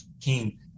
king